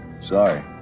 Sorry